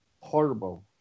Horrible